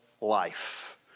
life